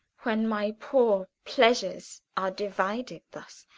when my poor pleasures are divided thus,